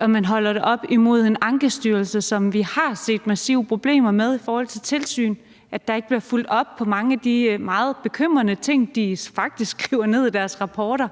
og man holder det op imod en Ankestyrelse, som vi har set massive problemer med i forhold til tilsyn, altså at der ikke bliver fulgt op på mange af de meget bekymrende ting, de faktisk skriver i deres rapporter,